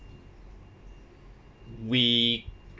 we